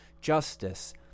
justice